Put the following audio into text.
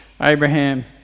Abraham